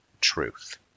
truth